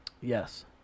Yes